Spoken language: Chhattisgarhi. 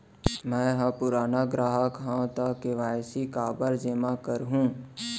मैं ह पुराना ग्राहक हव त के.वाई.सी काबर जेमा करहुं?